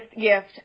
gift